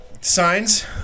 signs